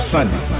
Sunday